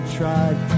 tried